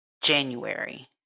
January